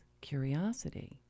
curiosity